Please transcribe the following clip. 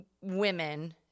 women –